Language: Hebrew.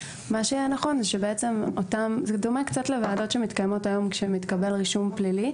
זה קצת דומה לוועדות שמתקיימות היום כאשר מתקבל רישום פלילי.